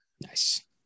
Nice